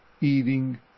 eating